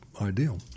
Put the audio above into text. ideal